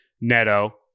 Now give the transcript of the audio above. Neto